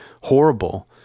horrible